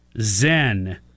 zen